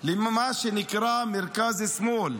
למה שנקרא מרכז-שמאל,